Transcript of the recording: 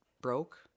broke